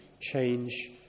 change